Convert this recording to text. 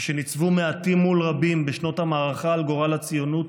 כשניצבו מעטים מול רבים בשנות המערכת על גורל הציונות,